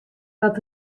dat